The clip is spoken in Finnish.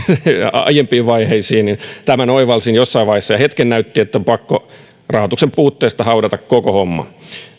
aiempiin vaiheisiin tämän oivalsin jossain vaiheessa ja hetken näytti että on pakko rahoituksen puutteessa haudata koko homma